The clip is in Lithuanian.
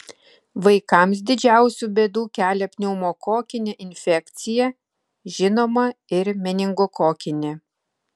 vaikams didžiausių bėdų kelia pneumokokinė infekcija žinoma ir meningokokinė